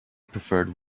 preferred